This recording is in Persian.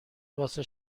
واسه